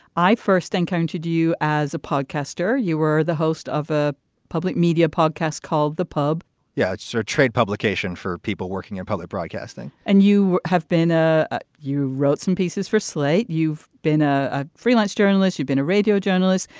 i first encountered you as a pod caster. you were the host of a public media podcast called the pub yeah, it's a so trade publication for people working for and public broadcasting and you have been a a you wrote some pieces for slate. you've been a a freelance journalist. you've been a radio journalist.